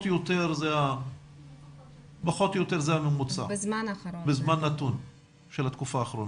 או יותר הממוצע בזמן נתון של התקופה האחרונה?